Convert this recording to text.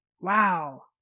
Wow